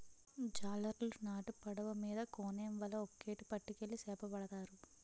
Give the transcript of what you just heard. జాలరులు నాటు పడవ మీద కోనేమ్ వల ఒక్కేటి పట్టుకెళ్లి సేపపడతారు